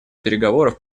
переговоров